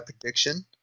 prediction